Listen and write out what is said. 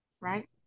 right